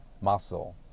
muscle